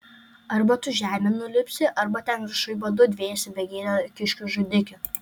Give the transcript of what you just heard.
arba tu žemėn nulipsi arba ten viršuj badu dvėsi begėde kiškių žudike